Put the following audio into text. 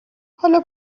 حالا